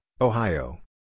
Ohio